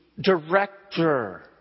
director